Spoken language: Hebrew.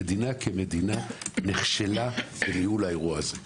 המדינה כמדינה נכשלה בניהול האירוע הזה.